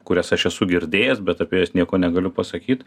kurias aš esu girdėjęs bet apie jas nieko negaliu pasakyt